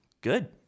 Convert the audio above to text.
Good